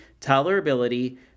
tolerability